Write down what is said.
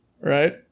Right